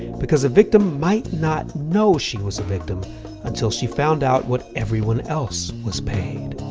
because a victim might not know she was a victim until she found out what everyone else was paid.